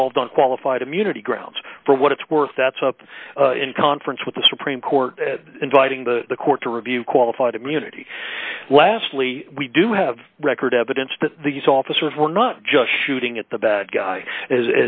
resolved on qualified immunity grounds for what it's worth that's up in conference with the supreme court inviting the court to review qualified immunity lastly we do have record evidence that these officers were not just shooting at the bad guy